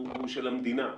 היא של המדינה.